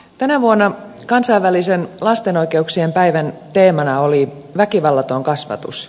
tänä vuonna kansainvälisen lasten oikeuksien päivän teemana oli väkivallaton kasvatus